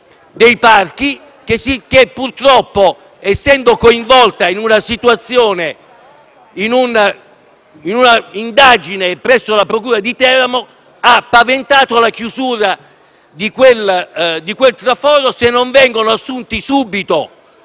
dei Parchi che purtroppo, essendo coinvolta in una indagine presso la procura di Teramo, ha paventato la chiusura di quel traforo se non vengono assunti subito